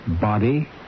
Body